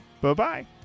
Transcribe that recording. Bye-bye